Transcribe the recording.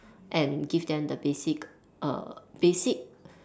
and give them the basic err basic